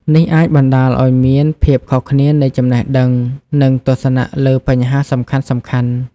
នេះអាចបណ្តាលឱ្យមានភាពខុសគ្នានៃចំណេះដឹង និងទស្សនៈលើបញ្ហាសំខាន់ៗ។